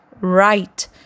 right